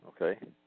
Okay